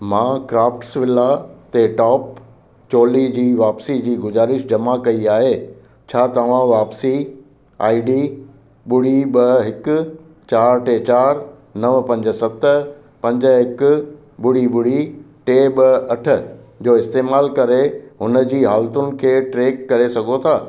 मां क्राफ्ट्सविला ते टॉप चोली जी वापिसी जी गुज़ारिश जमा कई आहे छा तव्हां वापिसी आई डी ॿुड़ी ॿ हिकु चार टे चार नवं पंज सत पंज हिकु ॿुड़ी ॿुड़ी टे ॿ अठ जो इस्तेमालु करे हुन जी हालतुनि खे ट्रैक करे सघो था